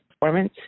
performance